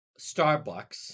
Starbucks